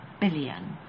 billion